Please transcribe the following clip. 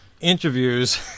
interviews